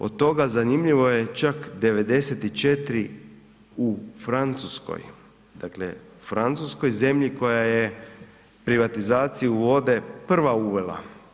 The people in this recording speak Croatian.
Od toga zanimljivo je čak 94 u Francuskoj, dakle Francuskoj zemlji koja je privatizaciju vode prva uvela.